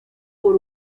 por